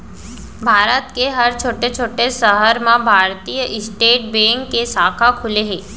भारत के हर छोटे छोटे सहर म भारतीय स्टेट बेंक के साखा खुले हे